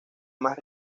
más